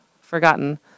forgotten